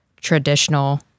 traditional